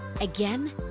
Again